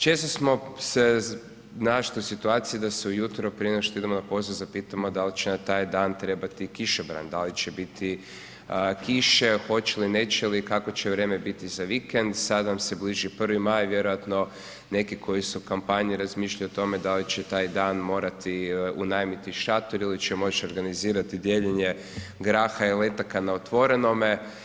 Često smo se našli u situaciji da se ujutro, prije nego što idemo na posao zapitamo da li će nam taj dan trebati kišobran, da li će biti kiše, hoće li, neće li, kakvo će vrijeme biti za vikend, sad nam se bliži 1. maj, vjerojatno neki koji su u kampanji, razmišljaju o tome da li će taj dan morati unajmiti šator ili će moći organizirati dijeljenje graha i letaka na otvorenome.